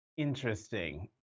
Interesting